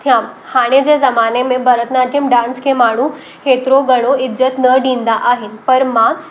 थियां हाणे जे ज़माने में भरतनाट्यम डांस खे माण्हूं हेतिरो घणो इज़त न ॾींदा आहिनि पर मां